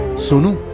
sonu's